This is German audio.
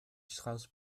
strauß